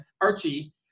Archie